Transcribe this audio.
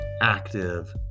active